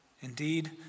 Indeed